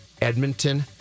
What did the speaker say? Edmonton